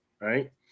right